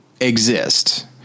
exist